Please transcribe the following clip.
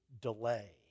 delay